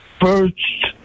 first